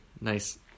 nice